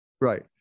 right